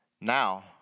Now